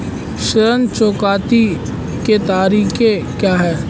ऋण चुकौती के तरीके क्या हैं?